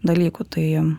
dalykų tai